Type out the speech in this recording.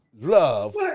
love